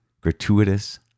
gratuitous